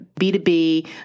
B2B